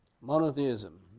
Monotheism